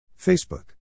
Facebook